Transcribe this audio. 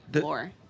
more